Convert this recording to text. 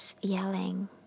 yelling